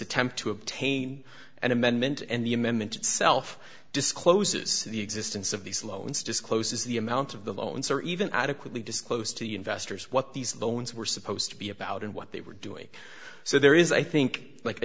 attempt to obtain an amendment and the amendment itself discloses the existence of these loans discloses the amount of the loans or even adequately disclosed to investors what these loans were supposed to be about and what they were doing so there is i think like a